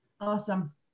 Awesome